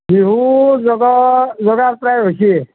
বিহু যোগাৰ যোগাৰ প্ৰায় হৈছেই